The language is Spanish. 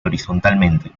horizontalmente